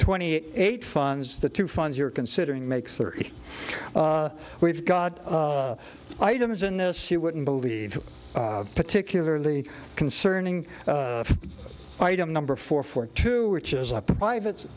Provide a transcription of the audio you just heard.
twenty eight funds the two funds you're considering makes thirty we've got items in this you wouldn't believe particularly concerning item number four four two which is a private